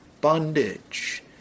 bondage